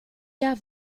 jahr